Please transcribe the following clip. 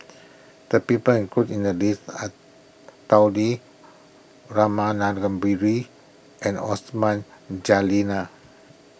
the people included in the list are Tao Li Rama Kannabiran and Osman